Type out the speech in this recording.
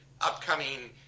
upcoming